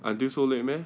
until so late meh